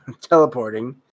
teleporting